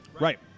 Right